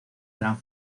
eran